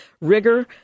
Rigor